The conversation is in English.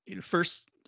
first